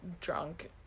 drunk